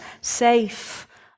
safe